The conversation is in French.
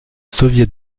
soviet